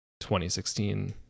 2016